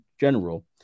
general